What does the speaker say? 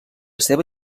seva